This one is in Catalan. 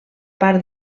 part